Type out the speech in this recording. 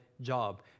job